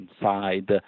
inside